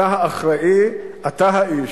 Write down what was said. אתה האחראי, אתה האיש.